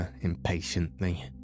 impatiently